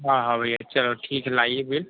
हाँ हाँ भैया चलो ठीक है लाइए बिल